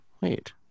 wait